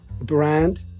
brand